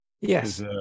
Yes